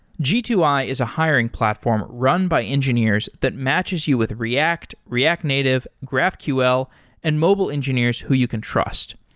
g two i is a hiring platform run by engineers that matches you with react, react native, graphql and mobile engineers who you can trust.